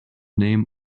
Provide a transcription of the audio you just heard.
name